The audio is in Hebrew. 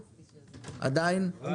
מיכאל,